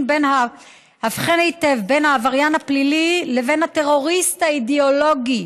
הבחן היטב בין העבריין הפלילי לבין הטרוריסט האידיאולוגי.